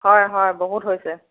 হয় হয় বহুত হৈছে